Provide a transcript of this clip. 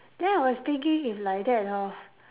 then I was thinking if like that hor